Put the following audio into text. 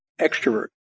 extrovert